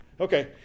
okay